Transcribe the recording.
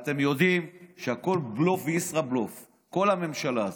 אתם יודעים שהכול בלוף וישראבלוף, כל הממשלה הזאת.